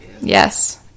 Yes